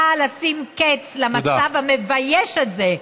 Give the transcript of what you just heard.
באה לשים קץ למצב המבייש הזה,